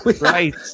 Right